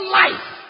life